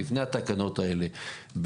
לפני התקנות האלה,